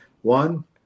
One